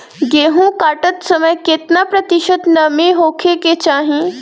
गेहूँ काटत समय केतना प्रतिशत नमी होखे के चाहीं?